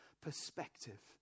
perspective